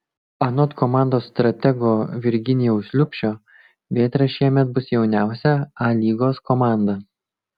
anot komandos stratego virginijaus liubšio vėtra šiemet bus jauniausia a lygos komanda